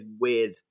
weird